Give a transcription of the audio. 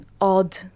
odd